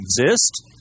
exist